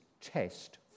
test